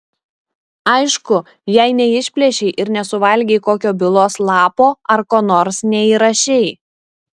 aišku jei neišplėšei ir nesuvalgei kokio bylos lapo ar ko nors neįrašei